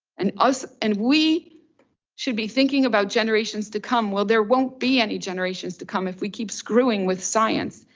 and us, and we should be thinking about generations to come. well, there won't be any generations to come if we keep screwing with science.